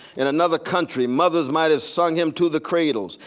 in another country mothers might have sung him to the cradles.